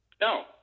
No